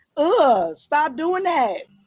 ah stop doing that.